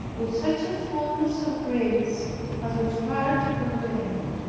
with such a fulness of grace as was hard to contain.